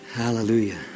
hallelujah